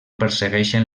persegueixen